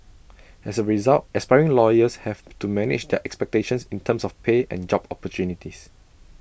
as A result aspiring lawyers have to manage their expectations in terms of pay and job opportunities